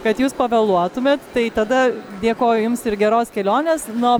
kad jūs pavėluotumėt tai tada dėkoju jums ir geros kelionės nu o